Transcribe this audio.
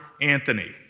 Anthony